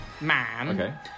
man